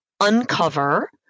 uncover